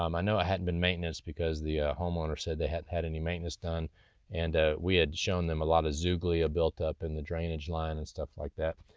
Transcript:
um i know it hadn't been maintenanced because the ah homeowner said they hadn't had any maintenance done and ah we had shown them a lot of zooglea ah built up in the drainage line and stuff like that.